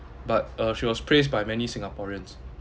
but uh she was praised by many singaporeans